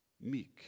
Meek